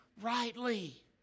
rightly